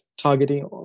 targeting